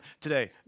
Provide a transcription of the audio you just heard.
today